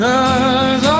Cause